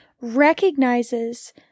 recognizes